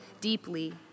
deeply